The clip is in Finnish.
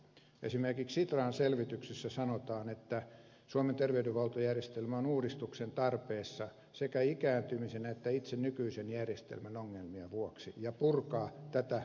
esimerkiksi sitran selvityksessä sanotaan että suomen terveydenhuoltojärjestelmä on uudistuksen tarpeessa sekä ikääntymisen että itse nykyisen järjestelmän ongelmien vuoksi ja se purkaa tätä monella lailla